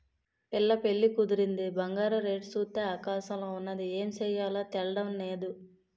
పిల్ల పెళ్లి కుదిరింది బంగారం రేటు సూత్తే ఆకాశంలోన ఉన్నాది ఏమి సెయ్యాలో తెల్డం నేదు